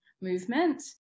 movement